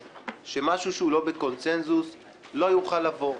שמשהו שהוא לא בקונצנזוס לא יוכל לבוא,